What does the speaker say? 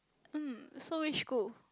mm so which school